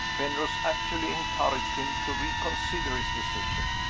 penrose actually encouraged him to reconsider his decision.